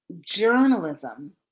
journalism